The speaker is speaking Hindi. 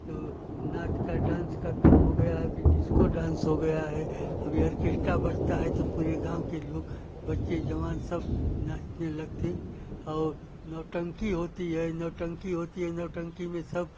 तो नाच का डांस का कम हो गया है अभी डिस्को डांस हो गया है अभी आर्केस्टा बजता है तो पूरे गाँव के लोग बच्चे जवान सब नाचने लगतें और नौटंकी होती हए नौटंकी होती है नौटंकी में सब